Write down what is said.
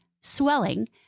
swelling